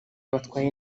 batwaye